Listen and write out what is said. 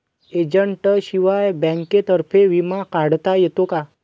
एजंटशिवाय बँकेतर्फे विमा काढता येतो का?